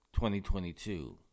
2022